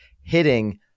hitting